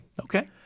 Okay